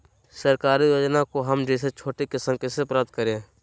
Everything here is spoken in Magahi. सरकारी योजना को हम जैसे छोटे किसान कैसे प्राप्त करें?